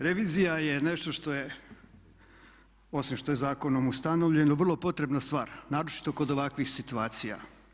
Revizija je nešto što je, osim što je zakonom ustanovljeno, vrlo potrebna stvar naročito kod ovakvih situacija.